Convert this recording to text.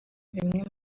bimwe